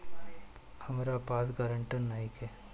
हमरा पास ग्रांटर नइखे?